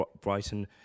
Brighton